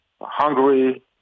Hungary